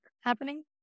happening